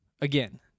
again